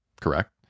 correct